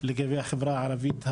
לגבי החברה הערבית,